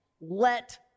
let